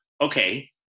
okay